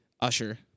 Usher